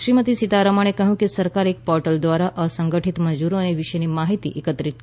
શ્રીમતી સીતારમણે કહ્યું કે સરકાર એક પોર્ટલ દ્વારા અસંગઠિત મજૂરો વિશેની માહિતી એકત્રિત કરશે